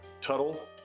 Tuttle